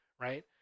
right